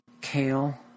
kale